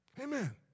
Amen